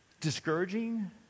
discouraging